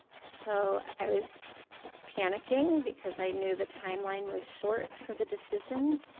so i was panicking because i knew the timeline was short for the decision